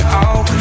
out